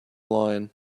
line